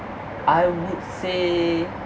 I would say